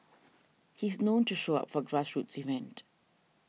he is known to show up for grassroots event